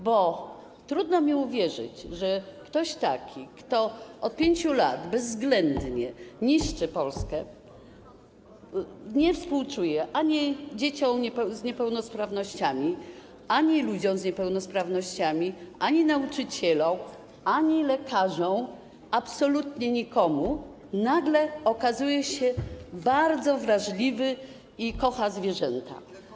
Bo trudno mi uwierzyć, że ktoś taki, kto od 5 lat bezwzględnie niszczy Polskę, nie współczuje ani dzieciom z niepełnosprawnościami, ani ludziom z niepełnosprawnościami, ani nauczycielom, ani lekarzom, absolutnie nikomu, nagle okazuje się bardzo wrażliwy i kocha zwierzęta.